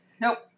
Nope